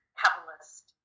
capitalist